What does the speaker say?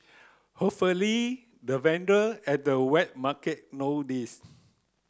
hopefully the vendor at the wet market know this